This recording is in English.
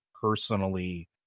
personally